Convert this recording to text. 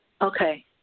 Okay